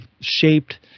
shaped